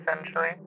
essentially